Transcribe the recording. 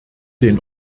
den